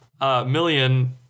million